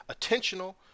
attentional